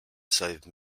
save